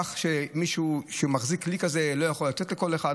כך שמי שמחזיק כלי כזה לא יכול לתת לכל אחד,